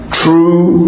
true